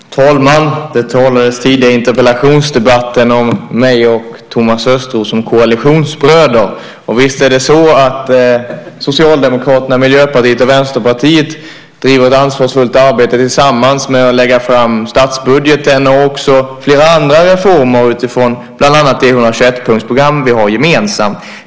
Herr talman! Det talades tidigare i interpellationsdebatten om mig och Thomas Östros som koalitionsbröder. Visst är det så att Socialdemokraterna, Miljöpartiet och Vänsterpartiet driver ett ansvarsfullt arbete tillsammans med att lägga fram statsbudgeten och också flera andra reformer utifrån bland annat det 121-punktsprogram vi har gemensamt.